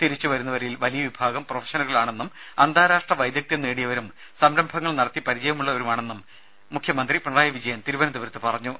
തിരിച്ചു വരുന്നവരിൽ വലിയ വിഭാഗം പ്രൊഫഷണലുകളാണെന്നും അന്താരാഷ്ട്ര നേടിയവരും വൈദഗ്ദ്യം സംരംഭങ്ങൾ നടത്തി പരിചയമുള്ളവരുമാണ് ഇവരെന്നും മുഖ്യമന്ത്രി പിണറായി വിജയൻ തിരുവനന്തപുരത്ത് പറഞ്ഞു